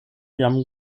jam